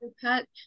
pet